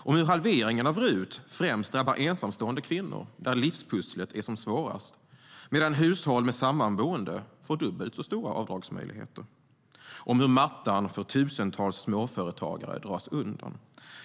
Om hur halveringen av RUT främst drabbar ensamstående kvinnor, där livspusslet är som svårast, medan hushåll med sammanboende får dubbelt så stora avdragsmöjligheter. Om hur mattan för tusentals småföretagare dras undan.